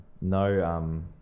No